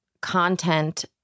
content